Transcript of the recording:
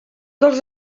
dels